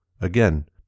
again